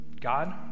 God